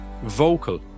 vocal